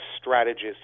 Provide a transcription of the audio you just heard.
strategist